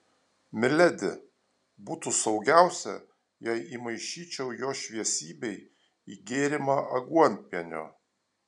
miledi būtų saugiausia jei įmaišyčiau jo šviesybei į gėrimą aguonpienio